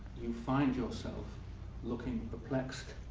you find yourself looking perplexed.